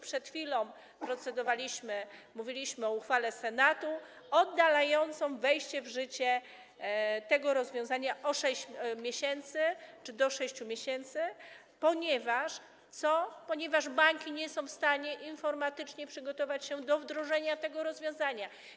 Przed chwilą procedowaliśmy, mówiliśmy o uchwale Senatu oddalającej wejście w życie tego rozwiązania o 6 miesięcy czy do 6 miesięcy, ponieważ banki nie są w stanie informatycznie przygotować się do wdrożenia tego rozwiązania.